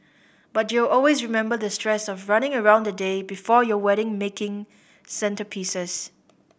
but you'll always remember the stress of running around the day before you wedding making centrepieces